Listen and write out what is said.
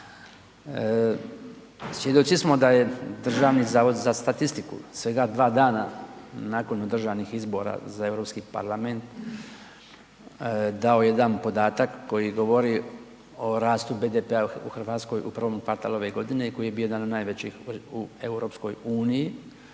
Svjedoci smo da je Državni zavod za statistiku, svega dva dana nakon održanih izbora za Europski parlament dao jedan podatak koji govori o rastu BDP-a u Hrvatskoj u prvom kvartalu ove godine i koji je bio jedan od najvećih u EU čime